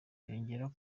yongeraho